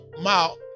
mouth